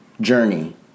journey